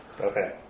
Okay